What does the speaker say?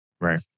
Right